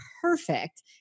perfect